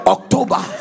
October